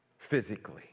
Physically